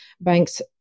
Banks